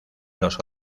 los